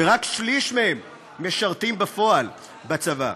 ורק שליש מהם משרתים בפועל בצבא.